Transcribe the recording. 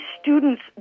students